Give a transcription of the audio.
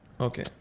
Okay